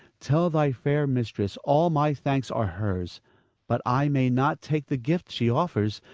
tell thy fair mistress all my thanks are hers but i may not take the gift she offers,